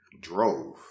Drove